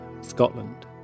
Scotland